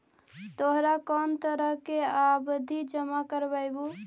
तोहरा कौन तरह के आवधि जमा करवइबू